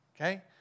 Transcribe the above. okay